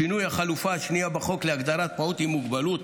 שינוי החלופה השנייה בחוק להגדרת "פעוט עם מוגבלות",